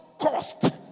cost